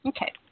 Okay